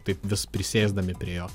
taip vis prisėsdami prie jo